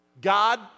God